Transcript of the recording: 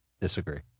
Disagree